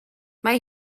mae